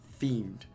themed